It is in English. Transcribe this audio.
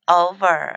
over